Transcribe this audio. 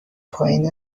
پایین